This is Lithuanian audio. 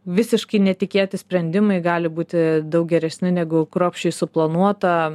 visiškai netikėti sprendimai gali būti daug geresni negu kruopščiai suplanuota